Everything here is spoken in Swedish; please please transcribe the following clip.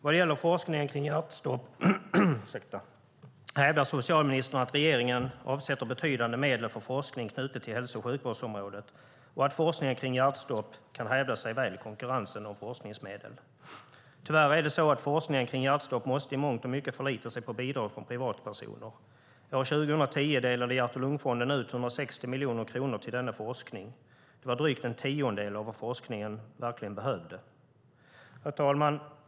Vad gäller forskningen kring hjärtstopp hävdar socialministern att regeringen avsätter betydande medel för forskning knuten till hälso och sjukvårdsområdet och att forskningen kring hjärtstopp kan hävda sig väl i konkurrensen om forskningsmedel. Tyvärr är det så att forskningen kring hjärtstopp i mångt och mycket måste förlita sig på bidrag från privatpersoner. År 2010 delade Hjärt-Lungfonden ut 160 miljoner kronor till denna forskning, och det var drygt en tiondel av vad forskningen verkligen behövde. Herr talman!